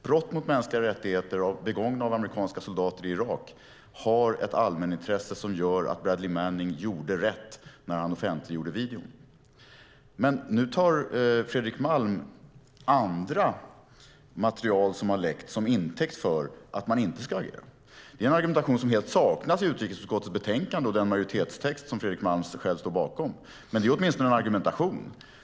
Brott mot mänskliga rättigheter begångna av amerikanska soldater i Irak har ett allmänintresse som gör att Bradley Manning gjorde rätt när han offentliggjorde videon. Nu tar Fredrik Malm andra material som har läckts som intäkt för att man inte ska agera. Det är en argumentation som helt saknas i utrikesutskottets betänkande och den majoritetstext som Fredrik Malm själv står bakom. Men det är åtminstone en argumentation.